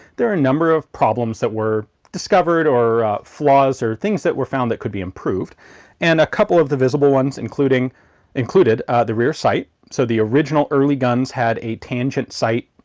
there are a number of problems that were discovered or flaws or things that were found that could be improved and a couple of the visible ones including included the rear sight. so the original early guns had a tangent sight,